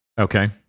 Okay